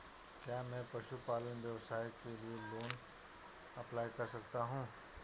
क्या मैं पशुपालन व्यवसाय के लिए लोंन अप्लाई कर सकता हूं?